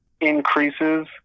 increases